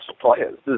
players